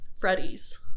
freddy's